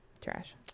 trash